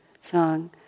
song